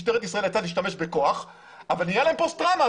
משטרת ישראל נאלצה להשתמש בכוח אבל יש להם פוסט טראומה,